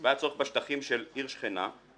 והיה צורך בשטחים של עיר שכנה,